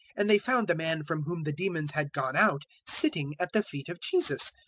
and they found the man from whom the demons had gone out sitting at the feet of jesus,